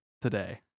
Today